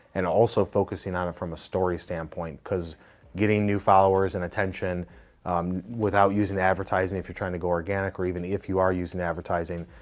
and also focusing on it from a story standpoint. getting new followers and attention without using advertising, if you're trying to go organic, or even if you are using advertising,